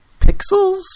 Pixels